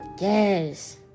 Yes